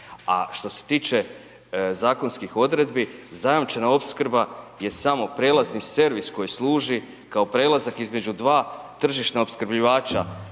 A što se tiče zakonskih odredbi zajamčena opskrba je samo prijelazni servis koji služi kao prelazak između dva tržišna opskrbljivača